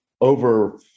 over